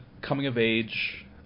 coming-of-age